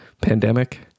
pandemic